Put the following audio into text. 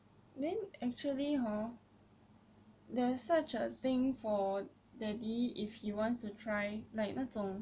then actually hor there's such a thing for daddy if he wants to try like 那种